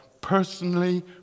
personally